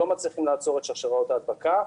לא מצליחות לעצור את שרשרות ההדבקה.